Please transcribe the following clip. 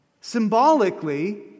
Symbolically